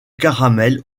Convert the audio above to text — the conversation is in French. caramel